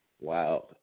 Wow